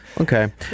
Okay